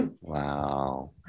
wow